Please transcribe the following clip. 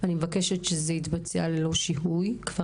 אני מבקשת שזה יתבצע ללא שיהוי כדי